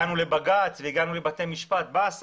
הגענו לבג"ץ ולבית המשפט בעקבות זאת.